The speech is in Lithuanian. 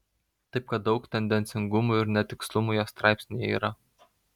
taip kad daug tendencingumų ir netikslumų jos straipsnyje yra